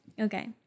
Okay